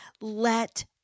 Let